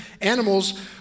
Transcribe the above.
Animals